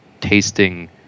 tasting